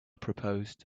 proposed